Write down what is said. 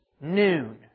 noon